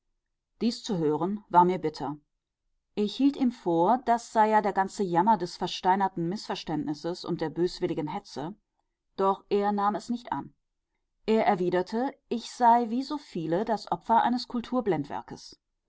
dies zu hören war mir bitter ich hielt ihm vor das sei ja der ganze jammer des versteinerten mißverständnisses und der böswilligen hetze doch er nahm es nicht an er erwiderte ich sei wie so viele das opfer eines